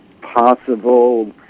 possible